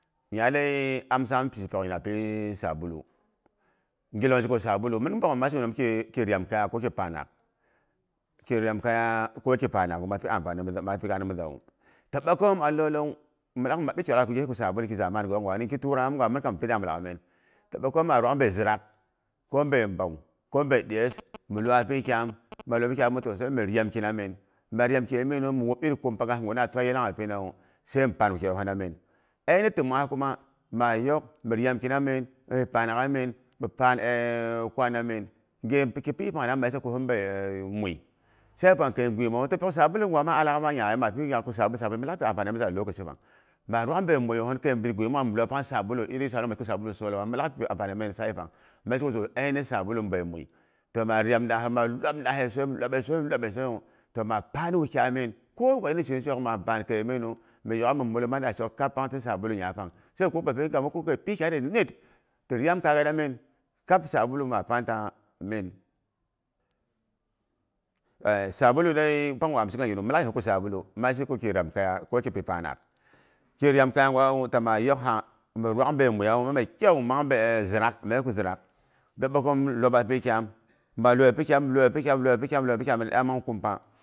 Nyadei am saam shepyok gin api sabulu. Gilong sheko sabulu. Min bogghom ma sheko ki rayam kaya, ko ki panak. Ki ryam kaya ko ki panakgh mapi amfani nza, mapi gaana mizawu. Ta ɓakai yom a laulauwu, mi mapti ki gwa laghai ko ma yiko sabulu. Irii ki zamani gook ngwa, ki turawamigwa, min kam mipi damu laghai miin. Ta ɓakaiyom ma rwag be zirak, ko bei bow, ko be dyes mi iwaba pi kyaam, maa iwabe pi kyaamu ta sai mi ryamki na min. Ma ramkiye minu, mi wup iri kumpaga guna a twa yilangha pinawu, sai mi paan wukaiyohinamin. Ainihi təmongha kuma. Ma yok mi ryamki na min, mipi panaghamin, mi paan kwano namin. Gyekiphi pangna maa yisa ko, hin bei e mui, hin bei e mui, sa'i pang yisa ko, hin bei e mui, sa'i pang kai gwimewu, tatok, toh pyok sabulu gwama alak, pangha, mapi ni gyak shape shape, alaak pang nya milak pi ampani miza a lokashi pang, ma rwak nbei muiyohin kei divimungha, mi lwap hana pay sabulu, iri sabulu solo, milak pi ampani min sa'i pang. Ma sheko toh, ainihi sabulu nbei mui. loh maa ryam dahe maa lwap da sosai, mi iwabe mi iwabe, mi iwabe sosaiyu. toh maa paan wukyai min. Ko gwa iri shinung shok maa baan keiye minu mi yokgha mi muluman da shok kaap pang ti sabulu ngyapang. Sai ghi kuk kin khimong bapi kei pis kyare neat. Ti ryam kaya garamin. Kap sabulu maa pantananyin, sabulu dei pangwa an sheka ginu, mi laak yihung ku sabulu ma sheko ki ryam kaya koki pi panak. Ki ryam kaya gwawu tamaa yokha mi bwak nbei muwama mai kyau mang bei e zrak, maa yisko zrak, da ɓakai yom iwaba pi kyam, ma iwabe pi kyaam mi iwabe pi kyamu a ami kumpa.